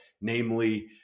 namely